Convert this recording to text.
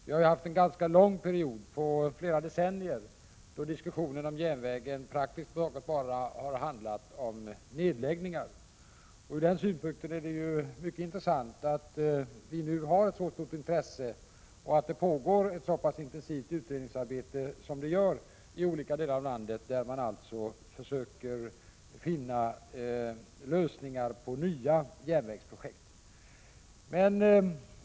Vi har ju haft en ganska lång period på flera decennier, då diskussionen om järnvägen praktiskt taget bara handlat om nedläggningar. Från den synpunkten är det mycket intressant att vi nu har ett så stort intresse och att det pågår ett så pass intensivt utredningsarbete i olika delar av landet, där man försöker finna lösningar för nya järnvägsprojekt.